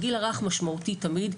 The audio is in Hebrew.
הגיל הרך זה גיל משמעותי תמיד,